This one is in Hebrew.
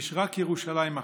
יש רק ירושלים אחת.